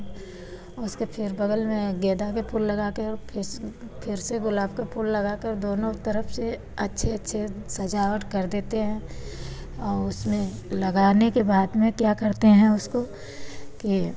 उसके फिर बगल में गेंदा के फूल लगा कर फिर से गुलाब के फूल लगा कर दोनों तरफ़ से अच्छे अच्छे सजावट कर देते हैं उसमें लगाने के बाद में क्या करते हैं उसको कि